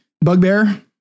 Bugbear